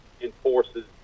enforces